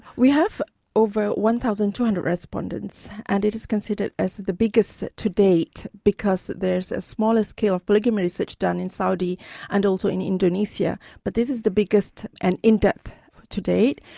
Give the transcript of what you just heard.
we have over one thousand two hundred respondents, and it is considered as the biggest set to date, because there's a smaller scale of polygamy research done in saudi and also in indonesia, but this is the biggest and in-depth to date,